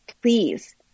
Please